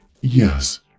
yes